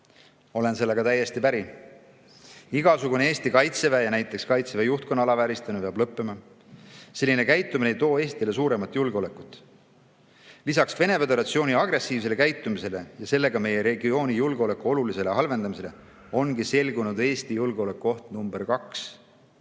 Olen sellega täiesti päri. Igasugune Eesti Kaitseväe ja näiteks Kaitseväe juhtkonna alavääristamine peab lõppema. Selline käitumine ei loo Eestile suuremat julgeolekut. Lisaks Venemaa Föderatsiooni agressiivsele käitumisele ja sellega meie regiooni julgeoleku olulisele halvenemisele ongi selgunud Eesti julgeolekuoht nr 2.